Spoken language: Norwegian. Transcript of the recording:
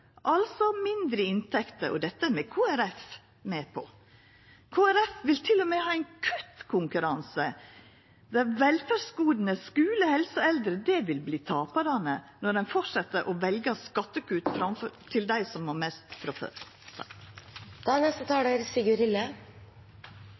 altså mindre inntekter. Og dette er Kristeleg Folkeparti med på. Framstegspartiet vil til og med ha ein kuttkonkurranse, der velferdsgode, skule, helse og eldre vert taparane når dei fortset å velja skattekutt til dei som har mest frå før.